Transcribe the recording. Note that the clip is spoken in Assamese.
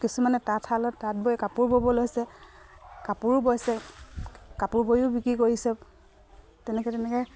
কিছুমানে তাঁতশালত তাঁত বৈ কাপোৰ বব লৈছে কাপোৰো বৈছে কাপোৰ বৈয়ো বিক্ৰী কৰিছে তেনেকে তেনেকে